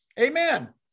Amen